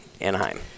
Anaheim